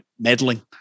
meddling